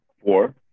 Four